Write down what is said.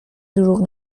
دروغ